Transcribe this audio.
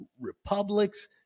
republics